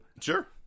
sure